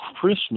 Christmas